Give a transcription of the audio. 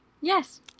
Yes